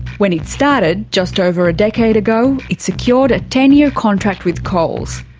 when it started just over a decade ago, it secured a ten-year contract with coles.